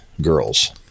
girls